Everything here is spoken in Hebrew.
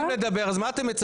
לא רציתם לדבר, אז מה אתם מצפים?